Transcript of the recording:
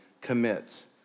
commits